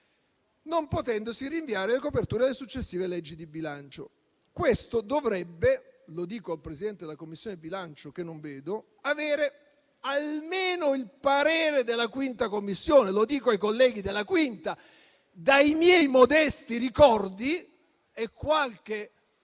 non potendosi rinviare le coperture alle successive leggi di bilancio. Questo dovrebbe - lo dico al Presidente della Commissione bilancio, che non vedo - avere almeno il parere della 5a Commissione; lo dico ai colleghi della 5a Commissione: dai miei modesti ricordi e in base